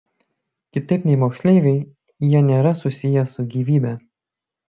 kitaip nei moksleiviai jie nėra susiję su gyvybe